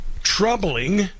troubling